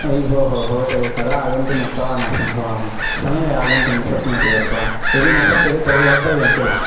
अयि भोः भवते कदा आगन्तुमुक्तवानासं भोः अहं समये आगन्तुं न शक्नोति वा भवान् यदि न शक्यते तर्हि वक्तव्यं किल